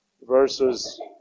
versus